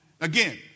Again